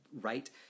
right